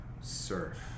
surf